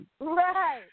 Right